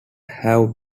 have